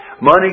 Money